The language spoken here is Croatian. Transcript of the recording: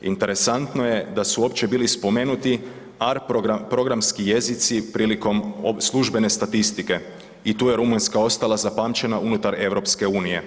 Interesantno je da su uopće bili spomenuti AR programski jezici prilikom službene statistike i tu je Rumunjska ostala zapamćena unutar EU.